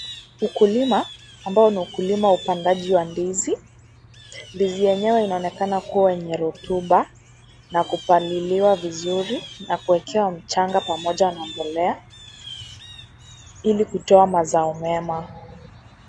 Ukulima ambao ni ukulima upandaji wa ndizi. Ndizi yenyewe inaonekana kuwa yenye rotuba na kupaliliwa vizuri na kuwekewa mchanga pamoja na mbolea ili kutoa mazao mema.